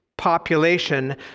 population